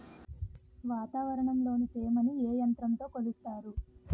వాతావరణంలో తేమని ఏ యంత్రంతో కొలుస్తారు?